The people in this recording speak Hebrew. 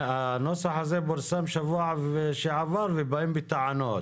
הנוסח הזה פורסם שבוע שעבר ובאים בטענות.